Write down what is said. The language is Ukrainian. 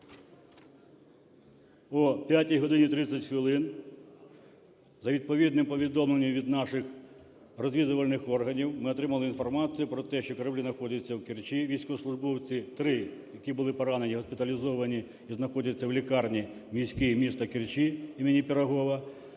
о 5 годині 30 хвилин за відповідним повідомленням від наших розвідувальних органів ми отримали інформацію про те, що кораблі знаходяться в Керчі. Військовослужбовці, три, які були поранені, госпіталізовані і заходяться в лікарні міській міста Керчі імені Пирогова.